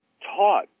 taught